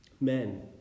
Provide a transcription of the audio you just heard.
Men